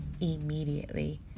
immediately